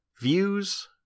Views